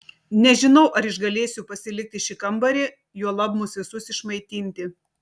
nežinau ar išgalėsiu pasilikti šį kambarį juolab mus visus išmaitinti